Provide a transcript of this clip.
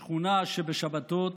שכונה שבשבתות,